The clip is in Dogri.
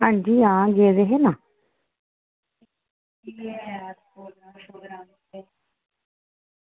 आं जी आं गेदे हे ना